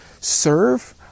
serve